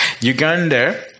Uganda